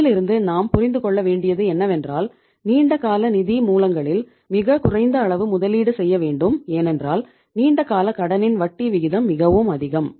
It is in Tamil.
இதிலிருந்து நாம் புரிந்து கொள்ள வேண்டியது என்னவென்றால் நீண்டகால நிதி மூலங்களில் மிகக் குறைந்த அளவு முதலீடு செய்ய வேண்டும் ஏனென்றால் நீண்டகால கடனின் வட்டி விகிதம் மிகவும் அதிகம்